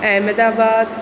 Ahmedabad